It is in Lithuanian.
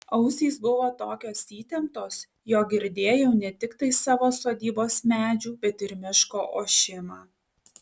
ausys buvo tokios įtemptos jog girdėjau ne tiktai savo sodybos medžių bet ir miško ošimą